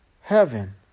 heaven